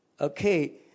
okay